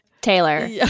Taylor